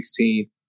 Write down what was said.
2016